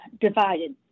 divided